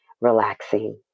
relaxing